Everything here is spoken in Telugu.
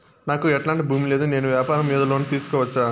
నాకు ఎట్లాంటి భూమి లేదు నేను వ్యాపారం మీద లోను తీసుకోవచ్చా?